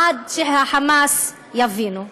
עד שה"חמאס" יבינו.